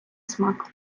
смак